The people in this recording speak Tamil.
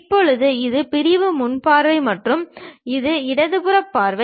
இப்போது இது பிரிவு முன் பார்வை மற்றும் இது இடது புற பார்வை